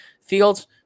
Fields